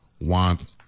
want